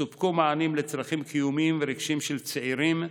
סופקו מענים לצרכים קיומיים ורגשיים של צעירים,